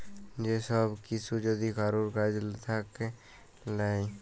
যে সব কিসু যদি কারুর কাজ থাক্যে লায়